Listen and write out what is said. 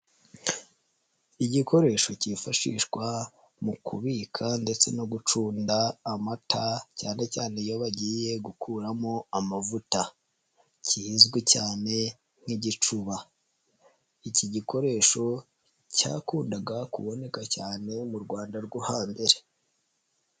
Igikoresho kifashishwa mu kubika ndetse no gucunda amata cyane cyane iyo bagiye gukuramo amavuta kizwi cyane nk'igicuba. Iki gikoresho cyakundaga kuboneka cyane mu Rwanda rwo hambere.